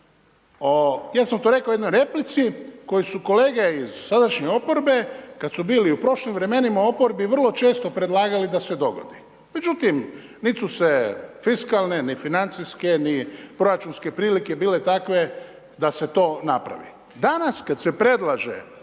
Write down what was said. ja sam to rekao u jednoj replici, koje su kolege iz sadašnje oporbe kad su bili u prošlim vremenima u oporbi, vrlo često predlagali da se dogodi. Međutim, nit su se fiskalne niti financijske ni proračunske prilike bile takve da se to napravi. Danas kad se predlaže